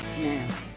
now